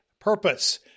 purpose